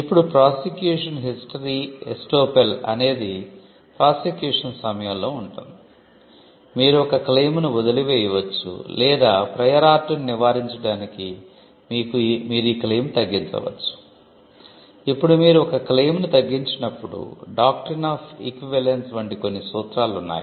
ఇప్పుడు prosecution history estoppel వంటి కొన్ని సూత్రాలు ఉన్నాయి